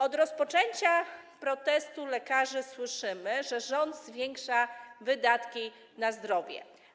Od rozpoczęcia protestu lekarzy słyszymy, że rząd zwiększa wydatki na zdrowie.